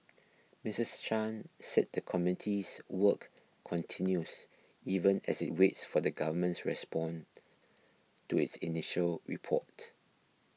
Missus Chan said the committee's work continues even as it waits for the Government's respond to its initial report